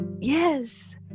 Yes